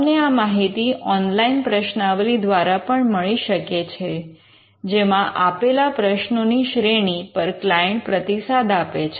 તમે આ માહિતી ઓનલાઇન પ્રશ્નાવલી દ્વારા પણ મેળવી શકો છો જેમાં આપેલા પ્રશ્નોની શ્રેણી પર ક્લાયન્ટ પ્રતિસાદ આપે છે